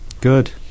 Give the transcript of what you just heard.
Good